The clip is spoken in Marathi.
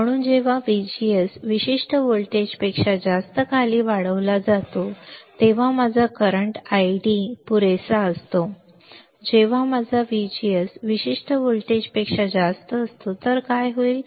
म्हणून जेव्हा VGS विशिष्ट व्होल्टेजपेक्षा जास्त खाली वाढविला जातो तेव्हा माझा करंट ID पुरेसा असतो जेव्हा माझा VGS विशिष्ट व्होल्टेजपेक्षा जास्त असतो तर काय होईल